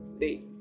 day